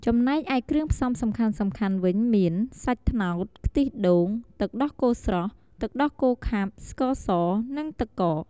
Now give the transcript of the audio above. ចំណែកឯគ្រឿងផ្សំសំខាន់ៗវិញមាន សាច់ត្នោត ខ្ទិះដូង ទឹកដោះគោស្រស់ ទឹកដោះគោខាប់ ស្ករស និងទឹកកក។